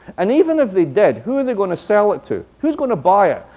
and even of they did, who are they going to sell it to? who's going to buy it?